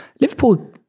Liverpool